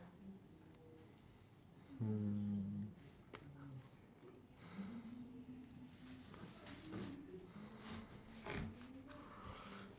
mm